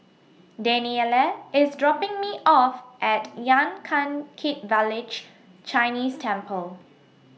Dannielle IS dropping Me off At Yan Can Kit Village Chinese Temple